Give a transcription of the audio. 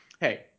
hey